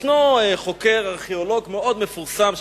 יש חוקר ארכיאולוג מפורסם מאוד,